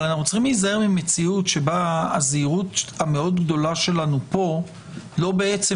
אבל עלינו להיזהר ממציאות שבה הזהירות המאוד גדולה שלנו פה לא בעצם